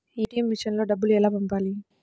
ATM మెషిన్లో డబ్బులు ఎలా పంపాలి?